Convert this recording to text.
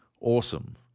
awesome